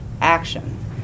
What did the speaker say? action